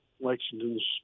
Lexington's